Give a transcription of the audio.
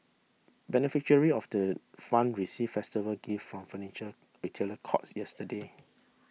beneficiary of the fund received festive gift from Furniture Retailer Courts yesterday